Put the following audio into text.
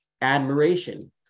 admiration